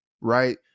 right